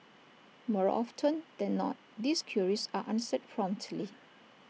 more often than not these queries are answered promptly